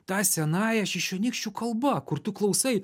ta senąja šišionykšių kalba kur tu klausai